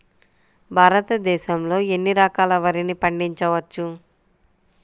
భారతదేశంలో ఎన్ని రకాల వరిని పండించవచ్చు